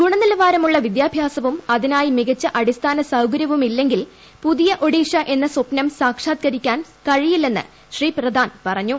ഗുണനിലവാരമുള്ള വിദ്യാഭ്യാസവും അതിനായി മികച്ച അടിസ്ഥാന സൌകര്യവും ഇല്ലെങ്കിൽ പുതിയ ഒഡീഷ എന്ന സ്വപ്നം സാക്ഷാൽക്കരിക്കാൻ കഴിയില്ലെന്ന് ശ്രീ പ്രധാൻ പറഞ്ഞു